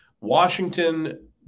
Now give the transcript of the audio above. Washington